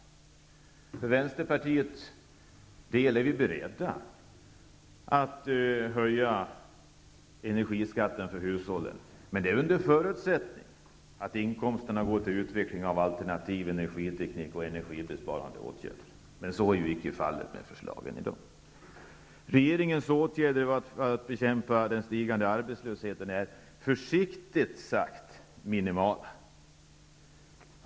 Vi är för Vänsterpartiets del beredda att höja energiskatten för hushållen -- under förutsättning att inkomsterna går till utveckling av alternativ energiteknik och energibesparande åtgärder. Men så är ju icke fallet med förslagen i dag. Regeringens åtgärder för att bekämpa den stigande arbetslösheten är försiktigt sagt minimala.